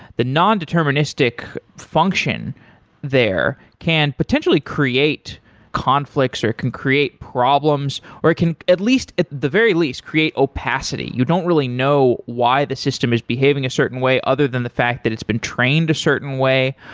the non-deterministic function there can potentially create conflicts, or can create problems, or it can at least at the very least create opacity. you don't really know why the system is behaving a certain way, other than the fact that it's been trained a certain way.